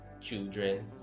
children